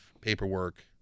paperwork